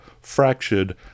fractured